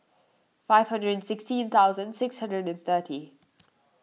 five hundred and sixteen thousand six hundred and thirty